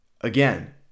again